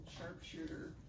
Sharpshooter